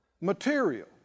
material